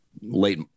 late